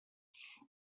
los